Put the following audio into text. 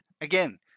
Again